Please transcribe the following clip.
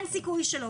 אין סיכוי שלא.